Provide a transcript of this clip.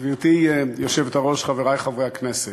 גברתי היושבת-ראש, חברי חברי הכנסת,